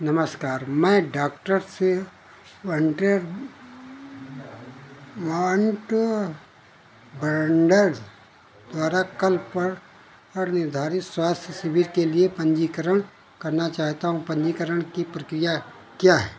नमस्कार मैं डाक्टर सेवांटेरवांट बैंडर द्वारा कल पर निर्धारित स्वास्थ्य शिविर के लिए पंजीकरण करना चाहता हूँ पंजीकरण की प्रक्रिया क्या है